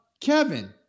Kevin